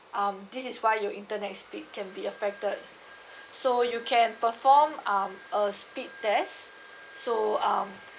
um this is why your internet speed can be affected so you can perform um a speed test so um